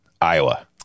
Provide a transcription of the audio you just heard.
Iowa